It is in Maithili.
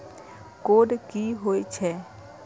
कोड की होय छै?